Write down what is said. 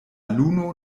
luno